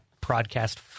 broadcast